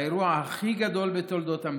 באירוע הכי גדול בתולדות המדינה.